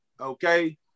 Okay